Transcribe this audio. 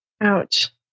Ouch